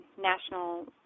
National